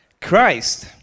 Christ